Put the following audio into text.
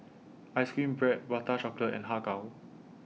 Ice Cream Bread Prata Chocolate and Har Kow